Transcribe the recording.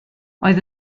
oedd